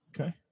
Okay